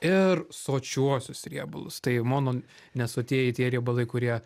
ir sočiuosius riebalus tai mononesotieji tie riebalai kurie